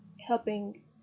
helping